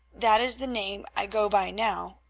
that is the name i go by now,